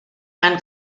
ein